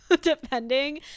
depending